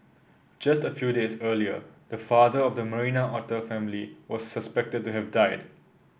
just a few days earlier the father of the Marina otter family was suspected to have died